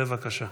בבקשה.